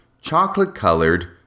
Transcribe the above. chocolate-colored